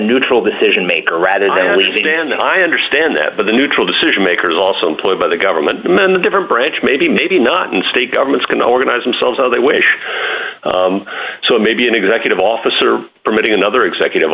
neutral decision maker rather than and i understand that but the neutral decision makers also employed by the government and then the different branch maybe maybe not and state governments can organize themselves how they wish so maybe an executive officer permitting another executive